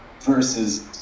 versus